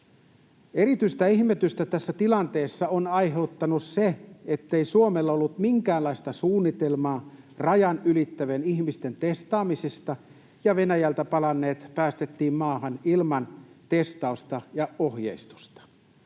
Erityistä ihmetystä tässä tilanteessa on aiheuttanut se, ettei Suomella ollut minkäänlaista suunnitelmaa rajan ylittävien ihmisten testaamisesta ja Venäjältä palanneet päästettiin maahan ilman testausta ja ohjeistusta.